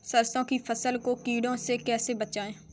सरसों की फसल को कीड़ों से कैसे बचाएँ?